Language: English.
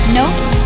notes